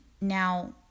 Now